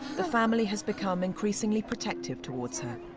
the family has become increasingly protective towards her.